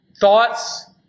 Thoughts